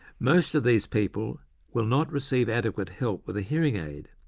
most of these people will not receive adequate help with a hearing aid,